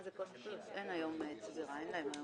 אין להם היום צבירה.